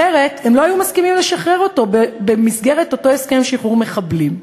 אחרת הם לא היו מסכימים לשחרר אותו במסגרת אותו הסכם שחרור מחבלים.